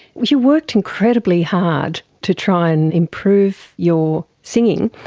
you worked incredibly hard to try and improve your singing,